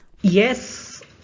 Yes